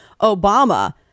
Obama